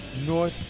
North